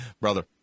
Brother